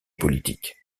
politique